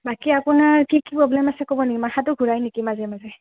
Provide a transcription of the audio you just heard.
বাকী আপোনাৰ কি কি প্ৰব্লেম আছে ক'ব নেকি মাথাটো ঘূৰাই নেকি মাজে মাজে